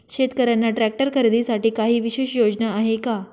शेतकऱ्यांना ट्रॅक्टर खरीदीसाठी काही विशेष योजना आहे का?